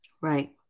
Right